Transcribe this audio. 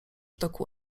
toku